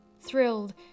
Thrilled